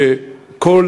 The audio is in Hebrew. לכך